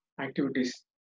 activities